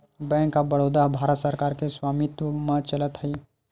bank of Baroda ह भारत सरकार के स्वामित्व म चलत हे